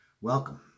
welcome